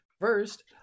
first